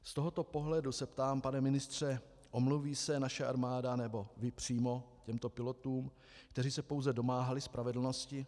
Z tohoto pohledu se ptám, pane ministře: Omluví se naše armáda nebo vy přímo těmto pilotům, kteří se pouze domáhali spravedlnosti?